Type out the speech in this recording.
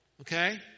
okay